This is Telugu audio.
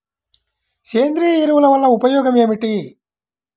సేంద్రీయ ఎరువుల వల్ల ఉపయోగమేమిటీ?